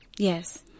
Yes